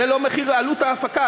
זה לא מחיר עלות ההפקה.